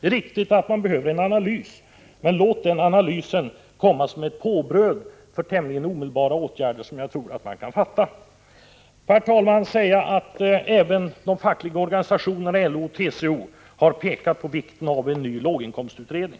Det är riktigt att man behöver en analys, men låt denna analys komma som påbröd efter tämligen omedelbara åtgärder, som jag tror att man kan fatta beslut om. Herr talman! Även de fackliga organisationerna LO och TCO har pekat på vikten av en ny låginkomstutredning.